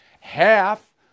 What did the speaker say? half